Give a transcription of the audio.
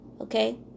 okay